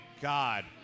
God